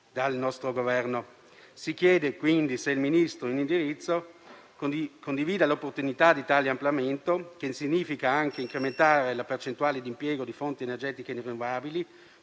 dal nostro Governo. Si chiede perciò se il Ministro in indirizzo condivida l'opportunità di tale ampliamento, che significa anche incrementare la percentuale di impiego di fonti energetiche rinnovabili,